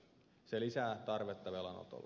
se lisää tarvetta velanotolle